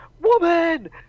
woman